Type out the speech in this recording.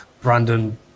Brandon